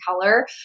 color